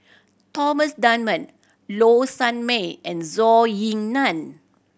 Thomas Dunman Low Sanmay and Zhou Ying Nan